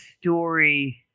story